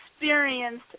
experienced